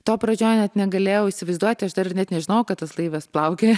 to pradžioje net negalėjau įsivaizduoti aš dar ir net nežinojau kad tas laivas plaukioja